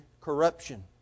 corruption